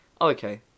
okay